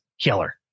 killer